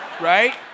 Right